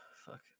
Fuck